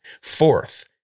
Fourth